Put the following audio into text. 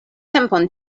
tempon